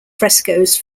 frescoes